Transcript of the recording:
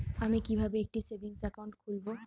আমি কিভাবে একটি সেভিংস অ্যাকাউন্ট খুলব?